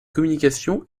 communication